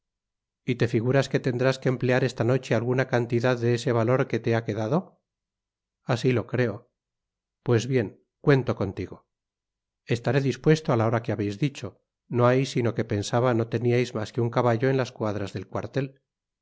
y te figuras que tendrás que emplear esta noche alguna cantidad de ese valor que te ha quedado así lo creo pues bien cuento contigo estaré dispuesto á la hora que habeis dicho no hay sino que pensaba no teníais mas que un caballo en las cuadras del cuartel